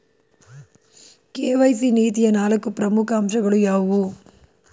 KYC ನೀತಿಯ ನಾಲ್ಕು ಪ್ರಮುಖ ಅಂಶಗಳು ಯಾವುವು?